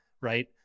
Right